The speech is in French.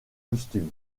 costume